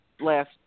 last